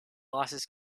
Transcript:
losses